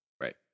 right